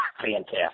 Fantastic